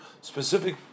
specific